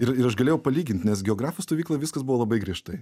ir ir aš galėjau palygint nes geografų stovykloj viskas buvo labai griežtai